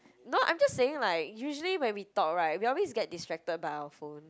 no I'm just saying like usually when we talk right we always get distracted by our phone